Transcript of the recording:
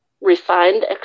refined